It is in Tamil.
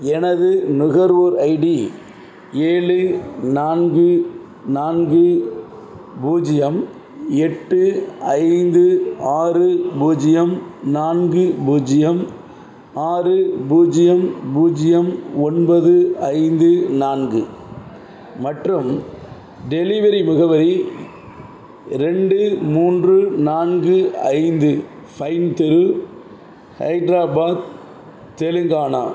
எனது நுகர்வோர் ஐடி ஏழு நான்கு நான்கு பூஜ்ஜியம் எட்டு ஐந்து ஆறு பூஜ்ஜியம் நான்கு பூஜ்ஜியம் ஆறு பூஜ்ஜியம் பூஜ்ஜியம் ஒன்பது ஐந்து நான்கு மற்றும் டெலிவரி முகவரி ரெண்டு மூன்று நான்கு ஐந்து ஃபைன் தெரு ஹைதராபாத் தெலுங்கானா